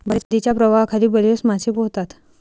नदीच्या प्रवाहाखाली बरेच मासे पोहतात